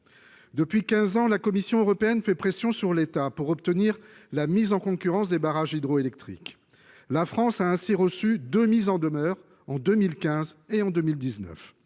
Depuis quinze ans, la Commission européenne fait pression sur l'État pour obtenir la mise en concurrence des barrages hydroélectriques. La France a ainsi reçu deux mises en demeure, en 2015 et en 2019.